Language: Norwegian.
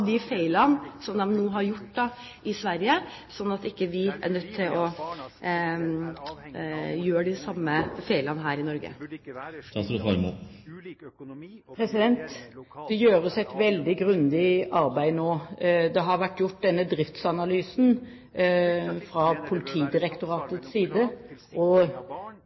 de feilene de har gjort i Sverige, slik at ikke vi er nødt til å gjøre de samme feilene her i Norge? Det gjøres et veldig grundig arbeid nå. Denne driftsanalysen har blitt gjort fra Politidirektoratets side, og